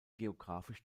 geographisch